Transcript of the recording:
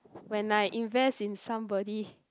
when I invest in somebody